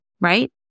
right